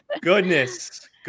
goodness